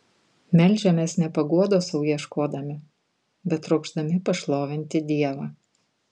meldžiamės ne paguodos sau ieškodami bet trokšdami pašlovinti dievą